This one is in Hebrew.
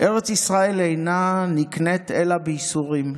"ארץ ישראל אינה נקנית אלא בייסורים,